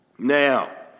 Now